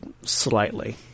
slightly